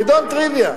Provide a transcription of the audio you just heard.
חידון טריוויה.